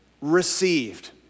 received